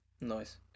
Nice